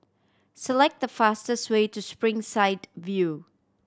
select the fastest way to Springside View